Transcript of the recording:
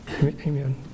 Amen